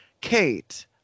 Kate